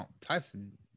Tyson